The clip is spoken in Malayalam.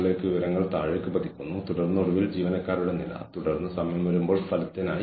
ഇടപാട് ചെലവുകൾ കക്ഷികൾ തമ്മിലുള്ള കൈമാറ്റങ്ങൾ ചർച്ചകൾ നിരീക്ഷിക്കൽ വിലയിരുത്തൽ നടപ്പാക്കൽ എന്നിവയുമായി ബന്ധപ്പെട്ട ചെലവുകളാണ്